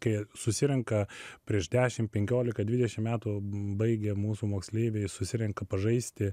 kai susirenka prieš dešim penkiolika dvidešim metų baigę mūsų moksleiviai susirenka pažaisti